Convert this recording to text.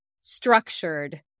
structured